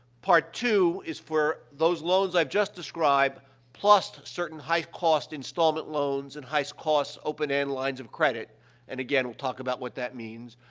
part two is for those loans i've just described plus certain high-cost installment loans and high-cost open-end lines of credit and again, we'll talk about what that means.